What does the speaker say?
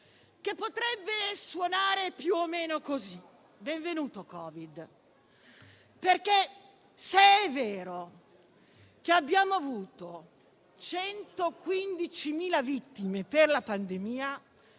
che potrebbe suonare più o meno così: «Benvenuto Covid». Se è vero, infatti, che abbiamo avuto 115.000 vittime per la pandemia,